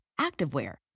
activewear